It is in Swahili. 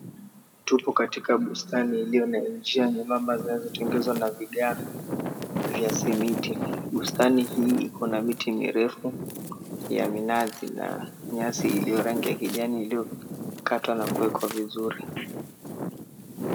Tupo katika bustani iliyo na njia nyembamba zinazotengezwa na vigae vya simiti. Bustani hii ikona miti mirefu ya minazi na nyasi iliyo rangi ya kijani iliyokatwa na kuwekwa vizuri.